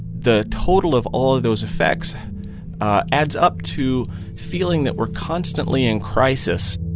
the total of all of those effects adds up to feeling that we're constantly in crisis